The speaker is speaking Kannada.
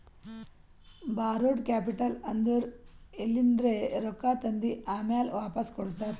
ಬಾರೋಡ್ ಕ್ಯಾಪಿಟಲ್ ಅಂದುರ್ ಎಲಿಂದ್ರೆ ರೊಕ್ಕಾ ತಂದಿ ಆಮ್ಯಾಲ್ ವಾಪಾಸ್ ಕೊಡ್ತಾರ